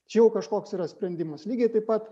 čia jau kažkoks yra sprendimas lygiai taip pat